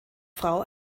frau